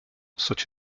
such